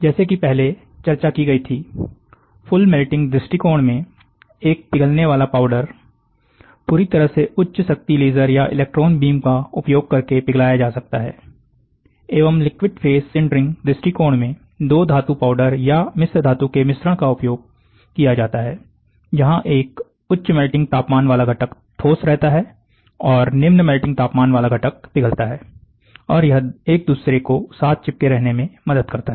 जैसे कि पहले चर्चा की गई थी फुल मेल्टिंग दृष्टिकोण में एक पिघलने वाला पाउडर मटेरियल पूरी तरह से उच्च शक्ति लेजर या इलेक्ट्रॉन बीम का उपयोग करके पिघलाया जा सकता हैएवं लिक्विड फेस सिंटरिंग दृष्टिकोण में दो धातु पाउडर या मिश्र धातु के मिश्रण का उपयोग किया जाता है जहां एक उच्च मेल्टिंग तापमान वाला घटक ठोस रहता है और निम्न मेल्टिंग तापमान वाला घटक पिघलता है और यह एक दूसरे को साथ चिपके रहने में मदद करता है